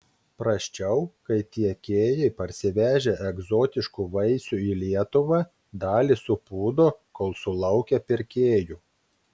prasčiau kai tiekėjai parsivežę egzotiškų vaisių į lietuvą dalį supūdo kol sulaukia pirkėjų